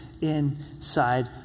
inside